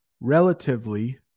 relatively